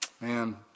man